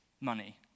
Money